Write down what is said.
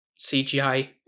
CGI